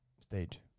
stage